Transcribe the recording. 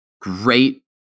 great